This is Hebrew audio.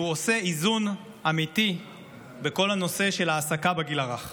והוא עושה איזון אמיתי בכל הנושא של העסקה בגיל הרך.